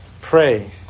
pray